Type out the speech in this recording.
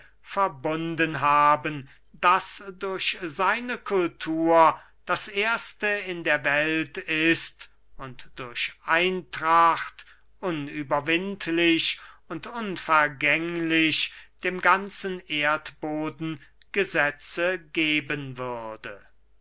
verbunden haben das durch seine kultur das erste in der welt ist und durch eintracht unüberwindlich und unvergänglich dem ganzen erdboden gesetze geben würde